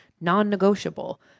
non-negotiable